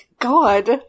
God